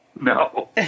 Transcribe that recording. no